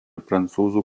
prancūzų